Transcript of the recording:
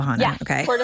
Okay